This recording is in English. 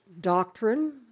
Doctrine